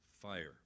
fire